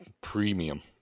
premium